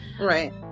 right